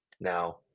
Now